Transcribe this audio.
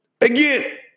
Again